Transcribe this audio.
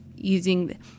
using